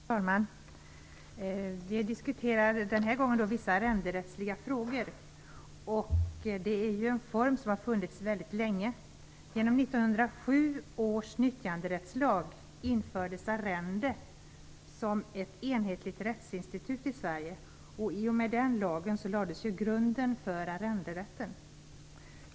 Fru talman! Vi diskuterar denna gång vissa arrenderättsliga frågor. Arrende är en form som har funnits väldigt länge. Genom 1907 års nyttjanderättslag infördes arrende som ett enhetligt rättsinstitut i Sverige. I och med den lagen lades grunden för arrenderätten.